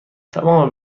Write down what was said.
تمام